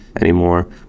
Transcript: anymore